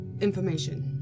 information